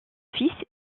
fils